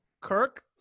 Kirk